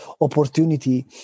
opportunity